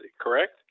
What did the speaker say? Correct